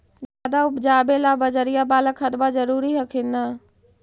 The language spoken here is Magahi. ज्यादा उपजाबे ला बजरिया बाला खदबा जरूरी हखिन न?